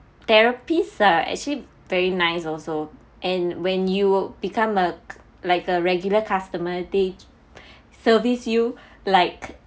therapists are actually very nice also and when you become a like a regular customer they service you like